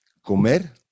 comer